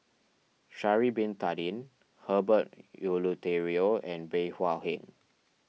Sha'ari Bin Tadin Herbert Eleuterio and Bey Hua Heng